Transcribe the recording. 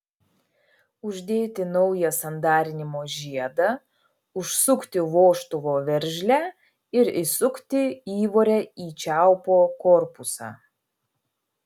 uždėti naują sandarinimo žiedą užsukti vožtuvo veržlę ir įsukti įvorę į čiaupo korpusą